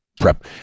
prep